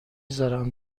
گذارم